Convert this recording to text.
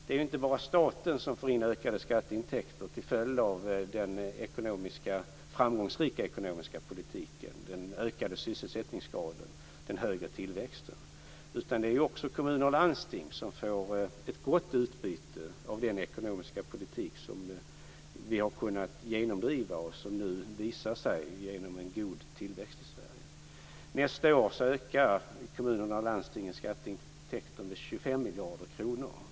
Det är inte bara staten som får in ökade skatteintäkter till följd av den framgångsrika ekonomiska politiken, den ökade sysselsättningsgraden och den högre tillväxten. Även kommuner och landsting får ett gott utbyte av den ekonomiska politik som vi har kunnat genomdriva och som ger en god tillväxt i Sverige. Nästa år ökar kommunernas och landstingens skatteintäkter med 25 miljarder kronor.